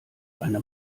eine